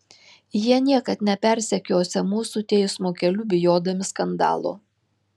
jie niekad nepersekiosią mūsų teismo keliu bijodami skandalo